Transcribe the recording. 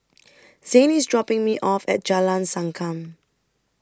Zayne IS dropping Me off At Jalan Sankam